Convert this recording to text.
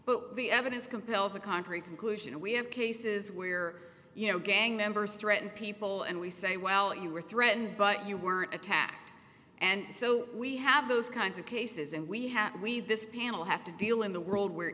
but the evidence compels a contrary conclusion and we have cases where you know gang members threaten people and we say well you were threatened but you weren't attacked and so we have those kinds of cases and we have we this panel have to deal in the world we're